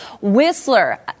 Whistler